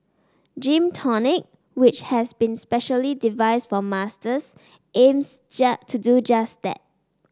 Gym Tonic which has been specially devised for Masters aims to do just that